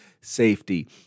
safety